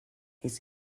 his